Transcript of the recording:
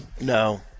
No